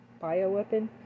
bioweapon